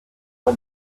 for